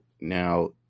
Now